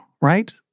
right